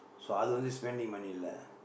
so அது வந்து:athu vandthu spending money இல்ல:illa